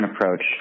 approach